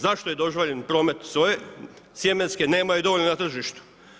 Zašto je dozvoljen promet soje sjemenske, nemaju dovoljno na tržištu.